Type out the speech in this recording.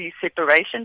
separation